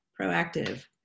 proactive